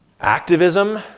activism